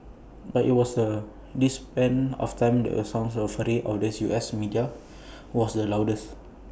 but IT was the this span of time that the sound and fury of the U S media was the loudest